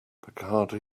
bacardi